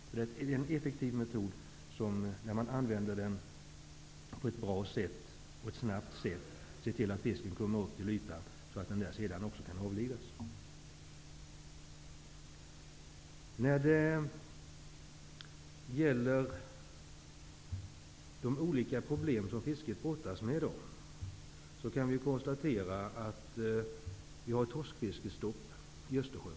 Det är en effektiv metod för att på ett snabbt och bra sätt få upp fisken till ytan, så att den där sedan också kan avlivas. När det gäller de olika problem som fisket brottas med i dag, kan vi konstatera att det är torskfiskestopp i Östersjön.